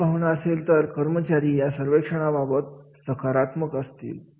अशी भावना असेल तर कर्मचारी या सर्वेक्षणाबाबत सकारात्मक असतील